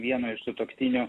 vieno iš sutuoktinių